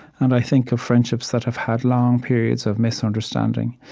and i think of friendships that have had long periods of misunderstanding.